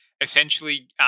essentially